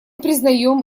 признаем